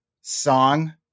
song